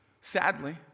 Sadly